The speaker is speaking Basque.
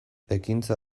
ekintza